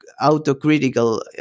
autocritical